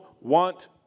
want